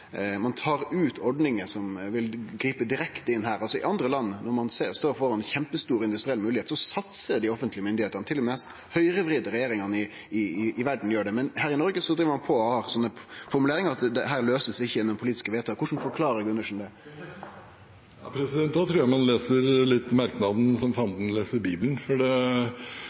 ein går laus på Investinor, ein tar ut ordninga som vil gripe direkte inn her. I andre land, når ein står framfor kjempestore industrielle moglegheiter, satsar dei offentlege myndigheitene – til og med dei mest høgrevridde regjeringane i verda gjer det. Men her i Noreg driv ein på og har slike formuleringar som at dette «løses ikke gjennom politiske vedtak». Korleis forklarer Gundersen det? Jeg tror man leser merknaden litt som Fanden leser Bibelen. Selvfølgelig er infrastruktur, satsing på forskning og utvikling, satsing på det